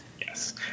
Yes